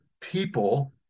people